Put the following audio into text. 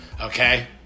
Okay